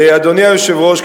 אדוני היושב-ראש,